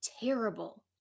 terrible